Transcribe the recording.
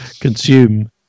consume